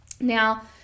Now